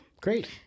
Great